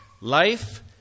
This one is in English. Life